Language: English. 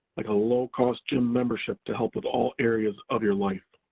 like a low-cost gym membership to help with all areas of your life.